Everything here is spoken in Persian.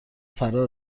فرا